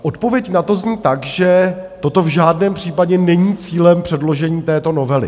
Odpověď na to zní tak, že toto v žádném případě není cílem předložení této novely.